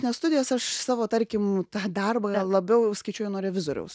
ne studijas aš savo tarkim tą darbą labiau skaičiuoju nuo revizoriaus